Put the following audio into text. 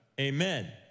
Amen